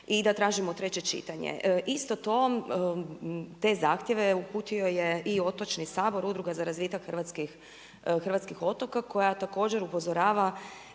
i da tražimo treće čitanje. Isto to, te zahtjeve uputio je i Otočni sabor Udruga za razvitak hrvatskih otoka koja također upozorava